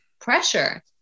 pressure